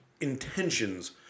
intentions